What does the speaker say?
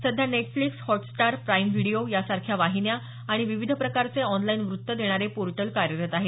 सध्या Netflix Hotstar Prime Video यासारख्या वाहिन्या आणि विविध प्रकारचे आॅनलाईन वृत्त देणारे पोर्टल कार्यरत आहेत